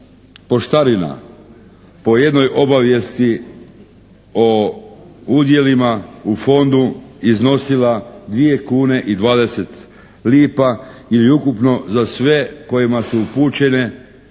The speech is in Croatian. poštarina po jednoj obavijesti o udjelima u fondu iznosila 2 kune i 20 lipa ili ukupno za sve kojima su upućene